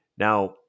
Now